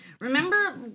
Remember